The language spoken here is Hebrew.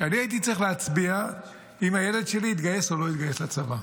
שאני הייתי צריך להצביע אם הילד שלי יתגייס או לא יתגייס לצבא.